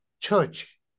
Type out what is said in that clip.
church